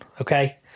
okay